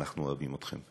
אנחנו אוהבים אתכם.